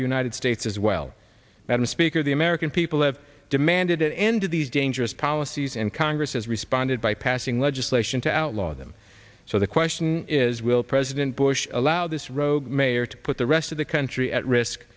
united states as well madam speaker the american people have demanded an end to these dangerous policies and congress has responded by passing legislation to outlaw them so the question is will president bush allow this rogue mayor to put the rest of the country at risk